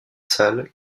salles